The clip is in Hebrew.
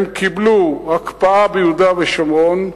הם קיבלו הקפאה ביהודה ושומרון,